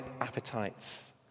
appetites